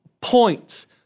points